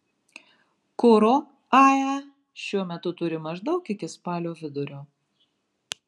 kuro ae šiuo metu turi maždaug iki spalio vidurio